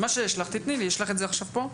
יש לך פה?